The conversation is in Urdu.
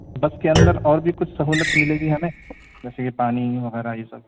بس کے اندر اور بھی کچھ سہولت ملے گی ہمیں جیسے کہ پانی وغیرہ یہ سب